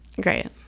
Great